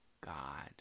God